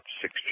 six